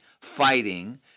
fighting